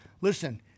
Listen